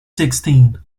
sixteen